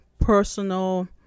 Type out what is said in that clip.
personal